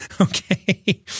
Okay